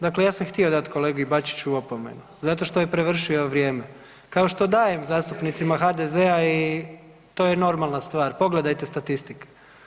Dakle, ja sam htio dati kolegu Bačiću opomenu zato što je prevršio vrijeme, kao što dajem zastupnicima HDZ-a i to je normalna stvar, pogledajte statistike.